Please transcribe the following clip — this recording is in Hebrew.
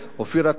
אופיר אקוניס,